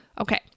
Okay